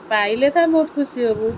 ପାଇଲେ ତ ବହୁତ ଖୁସି ହେବୁ